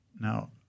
Now